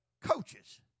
Coaches